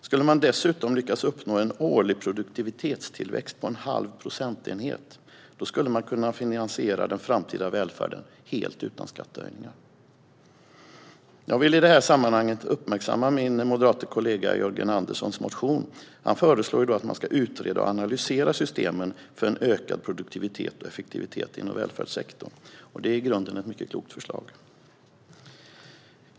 Skulle man dessutom lyckas uppnå en årlig produktivitetstillväxt på en halv procentenhet skulle man kunna finansiera den framtida välfärden helt utan skattehöjningar. Jag vill i detta sammanhang uppmärksamma min moderate kollega Jörgen Anderssons motion. Han föreslår att man ska utreda och analysera systemen för en ökad produktivitet och effektivitet inom välfärdssektorn. Det är i grunden ett mycket klokt förslag.